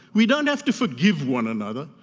we don't have to forgive one another,